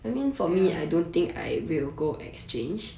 ya